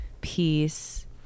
peace